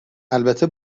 البته